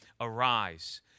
Arise